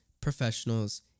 professionals